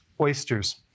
oysters